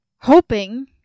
Hoping